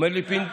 ואנוכי.